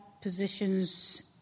positions